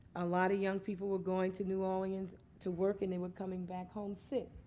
a lot of young people were going to new orleans to work and they were coming back home sick.